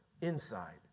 Inside